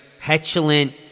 petulant